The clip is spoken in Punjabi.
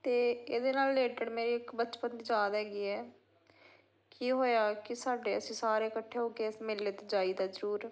ਅਤੇ ਇਹਦੇ ਨਾਲ ਰਿਲੇਟਡ ਮੇਰੀ ਇੱਕ ਬਚਪਨ ਦੀ ਯਾਦ ਹੈਗੀ ਹੈ ਕੀ ਹੋਇਆ ਕਿ ਸਾਡੇ ਅਸੀਂ ਸਾਰੇ ਇਕੱਠੇ ਹੋ ਕੇ ਇਸ ਮੇਲੇ 'ਤੇ ਜਾਈਦਾ ਜ਼ਰੂਰ